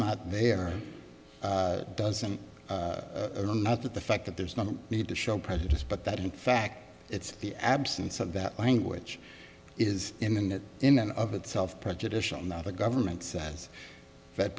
not they are doesn't not that the fact that there's no need to show prejudice but that in fact it's the absence of that language is in and that in and of itself prejudicial not the government says that